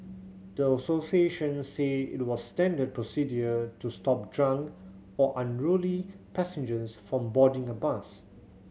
the associations said it was standard procedure to stop drunk or unruly passengers from boarding a bus